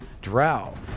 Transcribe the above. drow